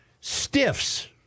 stiffs